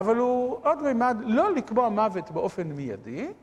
אבל הוא עוד מימד לא לקבוע מוות באופן מיידי.